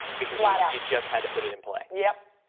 because yeah and you just had to put it in play. yep.